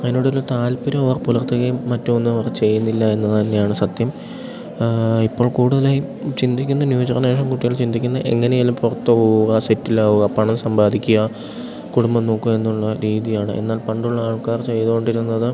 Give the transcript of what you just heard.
അതിനോടൊരു താൽപര്യം അവർ പുലർത്തുകയും മറ്റൊന്നും അവർ ചെയ്യുന്നില്ല എന്നു തന്നെയാണ് സത്യം ഇപ്പോൾ കൂടുതലായും ചിന്തിക്കുന്ന ന്യൂ ജനറേഷൻ കുട്ടികൾ ചിന്തിക്കുന്ന എങ്ങനെയെങ്കിലും പുറത്തു പോകുക സെറ്റിലാകുക പണം സമ്പാദിക്കുക കുടുംബം നോക്കുക എന്നുള്ള രീതിയാണ് എന്നാൽ പണ്ടുള്ള ആൾക്കാർ ചെയ്തു കൊണ്ടിരുന്നത്